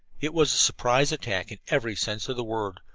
it was a surprise attack in every sense of the word,